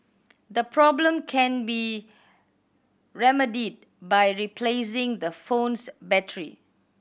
the problem can be remedied by replacing the phone's battery